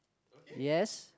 yes